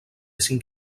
cinc